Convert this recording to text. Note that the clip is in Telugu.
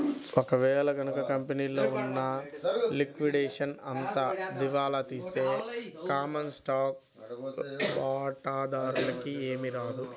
ఒక వేళ గనక కంపెనీలో ఉన్న లిక్విడేషన్ అంతా దివాలా తీస్తే కామన్ స్టాక్ వాటాదారులకి ఏమీ రాదు